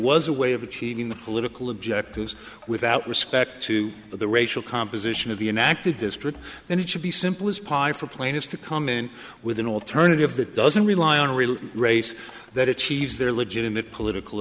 was a way of achieving the political objectives without respect to the racial composition of the inactive district and it should be simple as pipe for plaintiffs to come in with an alternative that doesn't rely on a real race that it cheese their legitimate political